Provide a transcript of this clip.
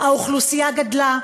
האוכלוסייה גדלה,